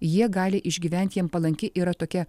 jie gali išgyventi jiem palanki yra tokia